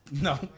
No